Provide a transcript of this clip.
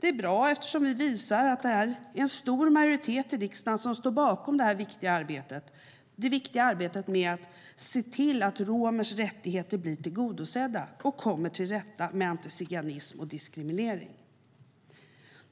Det är bra, eftersom vi visar att det är en stor majoritet i riksdagen som står bakom det viktiga arbetet med att se till att romers rättigheter blir tillgodosedda och att vi kommer till rätta med antiziganism och diskriminering.